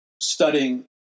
studying